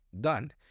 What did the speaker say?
done